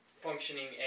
functioning